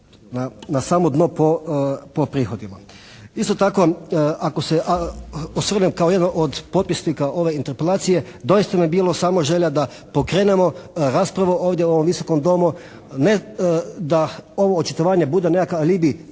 na samo dno po prihodima. Isto tako ako se osvrnem kao jedan od potpisnika ove interpelacije doista mi je bila samo želja da pokrenemo raspravu ovdje, u ovom visokom Domu ne da ovo očitovanje bude nekakav alibi